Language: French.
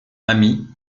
ami